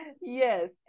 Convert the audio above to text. Yes